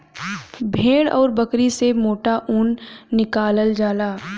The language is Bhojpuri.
भेड़ आउर बकरी से मोटा ऊन निकालल जाला